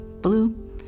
blue